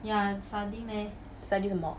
study 什么